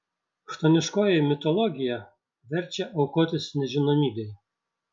chtoniškoji mitologija verčia aukotis nežinomybei